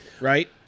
right